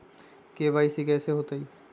KYC कैसे होतई?